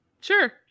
Sure